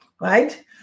right